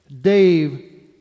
Dave